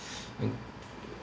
mm